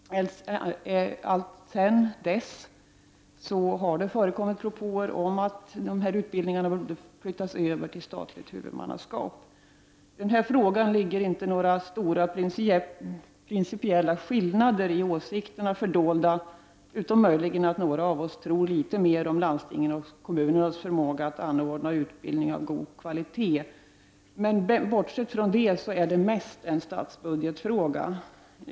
Alltsedan dess har också propåer förekommit om dessa utbildningar borde flyttas över till statligt huvudmannaskap. I denna fråga ligger inte någon stor principiell åsiktsskillnad fördold utom möjligen så till vida att några av oss tror litet mer på landstingens och kommunernas förmåga att anordna utbildning av god kvalitet. Men om man bortser från det så är det mest en statsbudgetfråga.